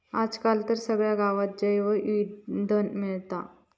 आज काल तर सगळ्या गावात जैवइंधन मिळता